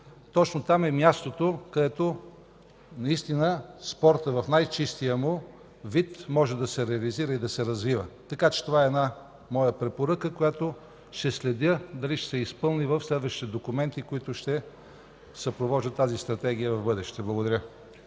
точно там е мястото, където наистина спортът може да се развива и да се реализира в най-чистия му вид. Това е една моя препоръка, която ще следя дали ще се изпълни в следващите документи, които ще съпровождат тази стратегия в бъдеще. Благодаря.